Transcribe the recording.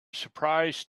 surprise